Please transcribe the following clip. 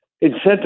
incentive